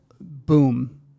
boom